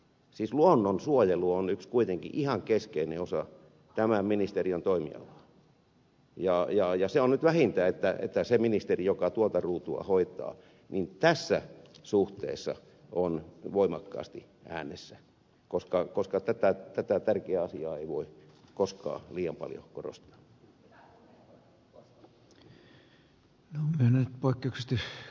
siis luonnonsuojelu on kuitenkin yksi ihan keskeinen osa tämän ministeriön toimialaa ja se on nyt vähintä että se ministeri joka tuota ruutua hoitaa tässä suhteessa on voimakkaasti äänessä koska tätä tärkeää asiaa ei voi koskaan liian paljon korostaa